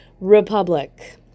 Republic